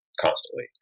constantly